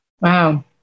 Wow